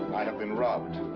i have been robbed.